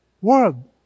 world